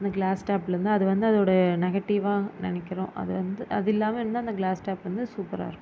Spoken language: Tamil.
அந்த கிளாஸ் டாப்லேருந்து அது வந்து அதோட நெகட்டிவாக நினைக்கிறோம் அது வந்து அது இல்லாமல் இருந்தால் அந்த கிளாஸ் டாப் வந்து சூப்பராக இருக்கும்